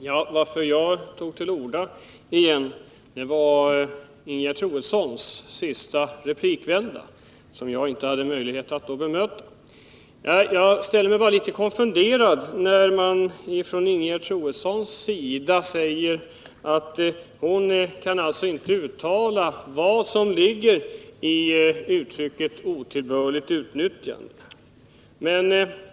Herr talman! Jag tar till orda igen på grund av Ingegerd Troedssons sista replikvända, som jag inte hade möjlighet att bemöta. Jag är litet konfunderad över att Ingegerd Troedsson säger att hon inte kan säga vad som ligger i uttrycket ”otillbörligt utnyttjande”.